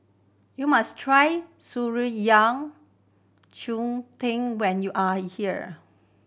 you must try Shan Rui yao tang when you are here